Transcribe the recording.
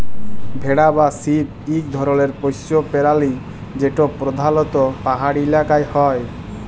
ভেড়া বা শিপ ইক ধরলের পশ্য পেরালি যেট পরধালত পাহাড়ি ইলাকায় হ্যয়